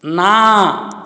ନା